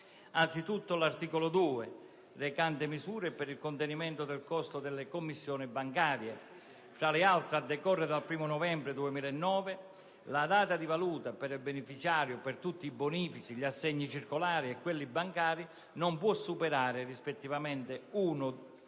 anzitutto all'articolo 2, recante misure per il contenimento del costo delle commissioni bancarie. Tra le altre, a decorrere dal 1° novembre 2009, la data di valuta per il beneficiario per tutti i bonifici, gli assegni bancari e circolari non può superare rispettivamente uno e